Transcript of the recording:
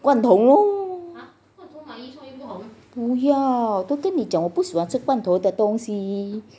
罐头 lor 不要都跟你讲我不喜欢吃罐头的东西